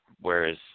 whereas